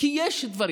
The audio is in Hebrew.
כי יש דבר